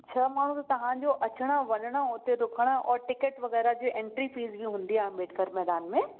छह माण्हूं त तहांजो अचनि वञणु उते रुकणु और टिकेट वगै़रह जे एंट्री फ़ीस बि हुंदी आहे अम्बेडकर मेदान में